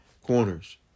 Corners